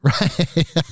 Right